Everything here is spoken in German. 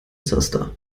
zaster